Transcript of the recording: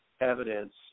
evidence